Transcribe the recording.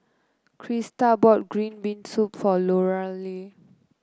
Christa bought Green Bean Soup for Lorelei